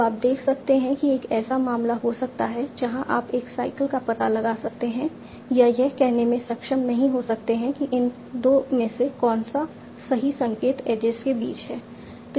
तो आप देख सकते हैं कि एक ऐसा मामला हो सकता है जहाँ आप एक साइकल का पता लगा सकते हैं या यह कहने में सक्षम नहीं हो सकते हैं कि इन 2 में से कौन सा सही संकेत एजेज के बीच है